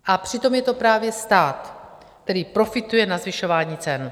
A přitom je to právě stát, který profituje na zvyšování cen.